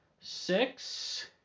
six